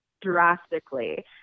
drastically